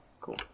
cool